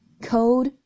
Cold